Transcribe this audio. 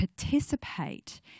participate